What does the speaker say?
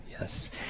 Yes